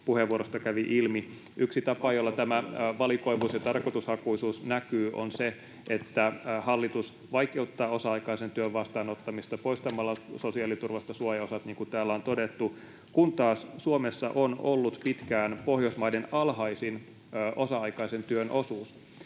puheenvuorosta kävi ilmi. Yksi tapa, jolla tämä valikoivuus ja tarkoitushakuisuus näkyy, on se, että hallitus vaikeuttaa osa-aikaisen työn vastaanottamista poistamalla sosiaaliturvasta suojaosat, niin kuin täällä on todettu, vaikka Suomessa on ollut pitkään Pohjoismaiden alhaisin osa-aikaisen työn osuus.